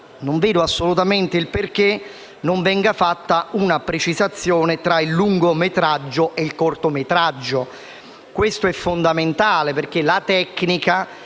non capisco assolutamente perché non venga fatta una distinzione tra il lungometraggio e il cortometraggio. Questo è fondamentale, perché la tecnica